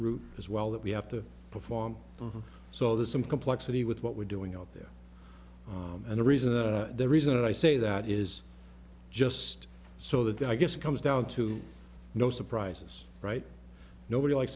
route as well that we have to perform so there's some complexity with what we're doing out there and the reason the reason i say that is just so that i guess it comes down to no surprises right nobody like